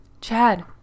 chad